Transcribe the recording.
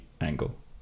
angle